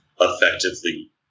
effectively